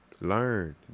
Learn